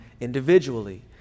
individually